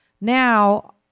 Now